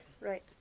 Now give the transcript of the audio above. Right